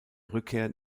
rückkehr